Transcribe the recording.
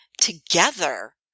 together